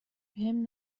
بهم